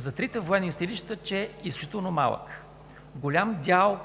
за трите военни съдилища е изключително малък; голям дял